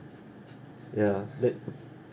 ya that